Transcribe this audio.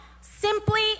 Simply